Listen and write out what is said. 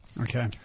Okay